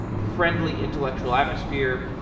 a friendly intellectual atmosphere.